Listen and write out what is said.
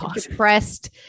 depressed